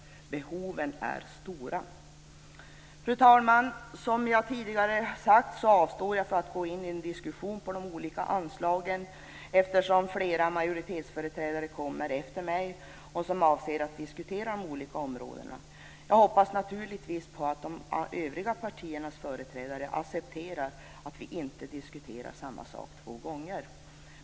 Behoven är stora. Fru talman! Som jag tidigare sagt avstår jag från att gå in i en diskussion om de olika anslagen eftersom flera andra majoritetsföreträdare som avser att diskutera de olika områdena skall tala efter mig. Jag hoppas naturligtvis att de övriga partiernas företrädare accepterar att vi inte diskuterar samma sak två gånger.